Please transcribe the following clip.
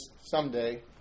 someday